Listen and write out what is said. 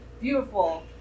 beautiful